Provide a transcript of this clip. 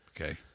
Okay